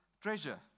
treasure